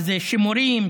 שזה שימורים,